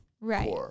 Right